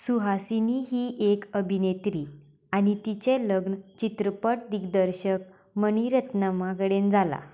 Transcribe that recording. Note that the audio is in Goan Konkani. सुहासिनी ही एक अभिनेत्री आनी तिचें लग्न चित्रपट दिग्दर्शक मणिरत्नमा कडेन जालां